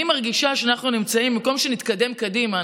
אני מרגישה שבמקום שנתקדם קדימה,